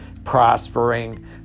prospering